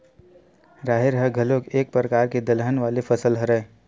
राहेर ह घलोक एक परकार के दलहन वाले फसल हरय